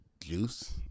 juice